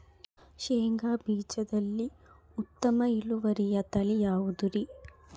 ಶೇಂಗಾ ಬೇಜದಲ್ಲಿ ಉತ್ತಮ ಇಳುವರಿಯ ತಳಿ ಯಾವುದುರಿ?